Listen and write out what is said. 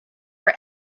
for